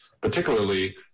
particularly